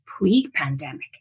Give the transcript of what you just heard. pre-pandemic